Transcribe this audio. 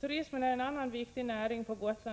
Turismen är en annan viktig näring på Gotland.